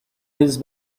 his